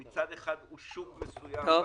שמצד אחד הוא שוק מסוים בארץ,